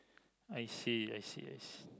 I see I see I